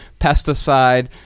pesticide